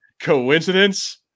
coincidence